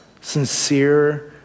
sincere